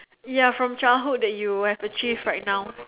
ya from childhood that you have achieved right now